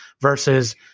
versus